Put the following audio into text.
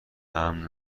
امن